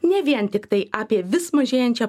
ne vien tiktai apie vis mažėjančią